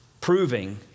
proving